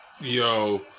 Yo